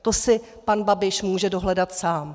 To si pan Babiš může dohledat sám.